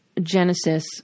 Genesis